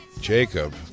Jacob